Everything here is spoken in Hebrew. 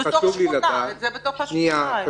זה היה בתוך השכונה.